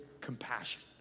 compassion